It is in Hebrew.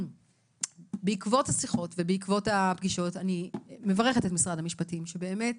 בעקבות השיחות ובעקבות הפגישות אני מברכת את משרד המשפטים שבאמת